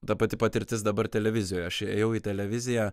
ta pati patirtis dabar televizijoj aš įėjau į televiziją